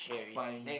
fine